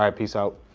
um peace out.